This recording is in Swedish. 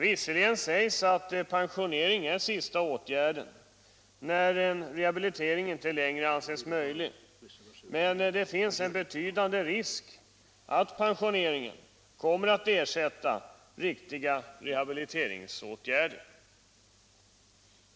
Visserligen sägs att pensionering är sista åtgärd när rehabilitering inte längre anses möjlig, men det finns en betydande risk att pensioneringen kommer att ersätta riktiga rehabiliteringsåtgärder.